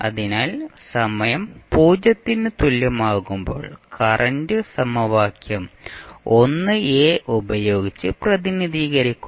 അതിനാൽ സമയം 0 ന് തുല്യമാകുമ്പോൾ കറന്റ് സമവാക്യം ഉപയോഗിച്ച് പ്രതിനിധീകരിക്കുന്നു